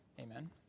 Amen